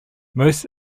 most